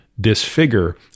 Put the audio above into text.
disfigure